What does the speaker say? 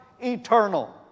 eternal